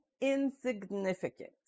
insignificant